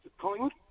Collingwood